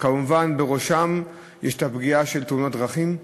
בראשם כמובן הפגיעה של תאונות דרכים,